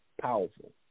powerful